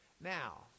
Now